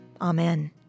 Amen